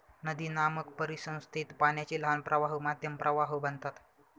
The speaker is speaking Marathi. नदीनामक परिसंस्थेत पाण्याचे लहान प्रवाह मध्यम प्रवाह बनतात